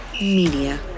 Media